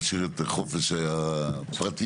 נשאיר את חופש הפרטיות.